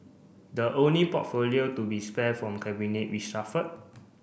the only portfolio to be spare from cabinet reshuffled